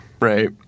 Right